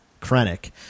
Krennic